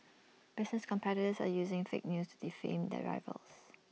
business competitors are using fake news to defame their rivals